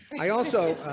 i also